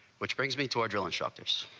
which brings me to our drill instructors